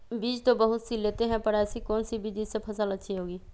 बीज तो बहुत सी लेते हैं पर ऐसी कौन सी बिज जिससे फसल अच्छी होगी?